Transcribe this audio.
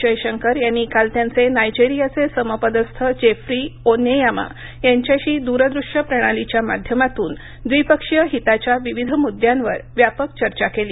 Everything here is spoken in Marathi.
जयशंकर यांनी काल त्यांचे नायजेरियाचे चे समपदस्थ जेफ्री ओन्येआमा यांच्याशी द्रदृश्य प्रणालीच्या माध्यमातून द्विपक्षीय हिताच्या विविध मुद्द्यांवर व्यापक चर्चा केली